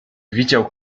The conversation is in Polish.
widział